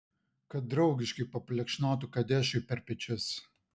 kad draugiškai paplekšnotų kadešui per pečius